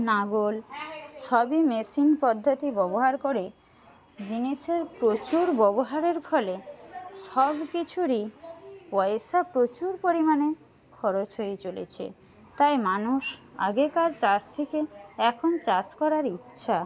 লাঙল সবই মেশিন পদ্ধতি ব্যবহার করে জিনিসের প্রচুর ববহারের ফলে সব কিছুরই পয়সা প্রচুর পরিমাণে খরচ হয়ে চলেছে তাই মানুষ আগেকার চাষ থেকে এখন চাষ করার ইচ্ছা